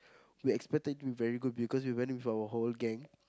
we expected it to be very good because we went with our hall gang